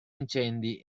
incendi